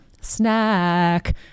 Snack